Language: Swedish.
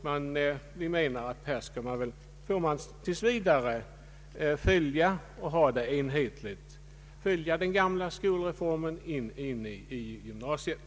Vi menar att här får man tills vidare följa den gamla skolreformen in i gymnasiet.